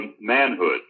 manhood